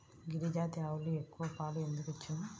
గిరిజాతి ఆవులు ఎక్కువ పాలు ఎందుకు ఇచ్చును?